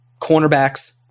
cornerbacks